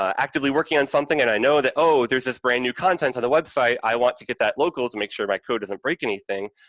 actively working on something and i know that, oh, there's this brand new content on the website, i want to get that local to make sure my code doesn't break anything,